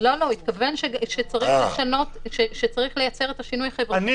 הוא אמר שצריך לייצר את השינוי החברתי --- אני